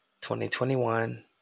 2021